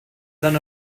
than